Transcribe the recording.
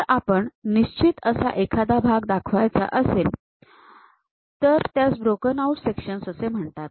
जर आपण निश्चित असा एखादा भाग दाखवायचा असेल तर त्यास ब्रोकन आऊट सेक्शन्स असे म्हणतात